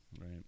right